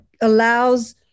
allows